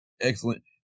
Excellent